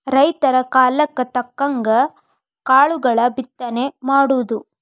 ರೈತರ ಕಾಲಕ್ಕ ತಕ್ಕಂಗ ಕಾಳುಗಳ ಬಿತ್ತನೆ ಮಾಡುದು